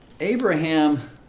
Abraham